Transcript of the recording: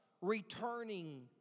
returning